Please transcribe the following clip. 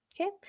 Okay